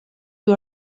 you